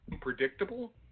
predictable